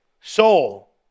soul